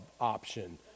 option